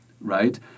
right